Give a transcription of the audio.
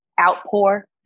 outpour